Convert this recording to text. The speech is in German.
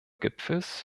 gipfels